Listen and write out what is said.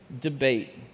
debate